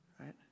right